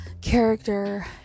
character